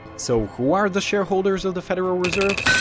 so who are the shareholders of the federal reserve?